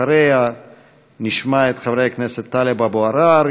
אחריה נשמע את חברי הכנסת טלב אבו עראר,